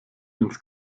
ins